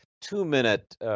two-minute